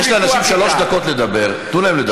יש לאנשים שלוש דקות לדבר, תנו להם לדבר.